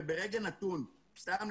וברגע נתון סתם,